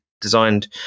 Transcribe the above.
designed